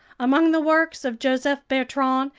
among the works of joseph bertrand,